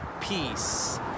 peace